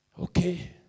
Okay